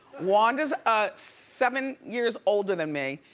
wanda's um seven years older than me,